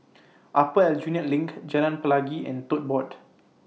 Upper Aljunied LINK Jalan Pelangi and Tote Board